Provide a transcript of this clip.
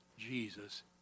Jesus